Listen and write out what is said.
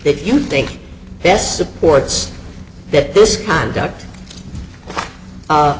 that you think this supports that this conduct